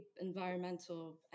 environmental